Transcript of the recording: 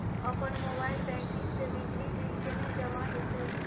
अपन mobile banking से बिजली बिल केने जमा हेते?